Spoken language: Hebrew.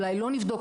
אולי לא נבדוק,